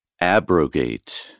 Abrogate